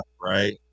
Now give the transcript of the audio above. right